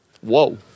Whoa